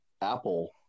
Apple